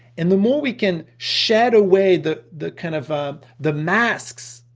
and the more we can shed away the the kind of the masks,